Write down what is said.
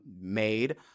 made